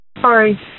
sorry